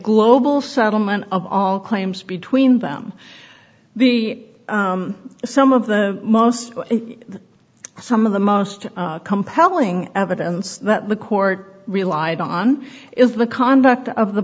global settlement of all claims between them be some of the most some of the most compelling evidence that the court relied on is the conduct of the